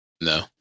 No